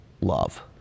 love